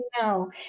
No